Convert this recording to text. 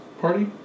party